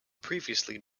previously